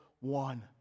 one